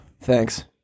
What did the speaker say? Thanks